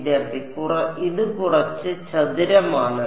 വിദ്യാർത്ഥി ഇത് കുറച്ച് ചതുരമാണ്